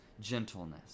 gentleness